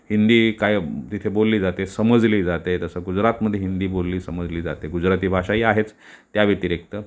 हिंदी काय तिथे बोलली जाते समजली जाते तसं गुजराथमध्ये हिंदी बोलली समजली जाते गुजराथी भाषाही आहेच त्याव्यतिरिक्त